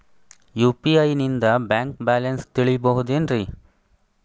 UPI ನಿಂದ bank balance ತಿಳಿಬಹುದೇನ್ರಿ?